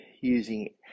using